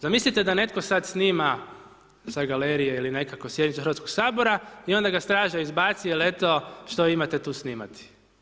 Zamislite da netko sad snima sa galerije ili nekako sjednicu Hrvatskog sabor i onda ga straža izbaci jel eto što imate tu snimati.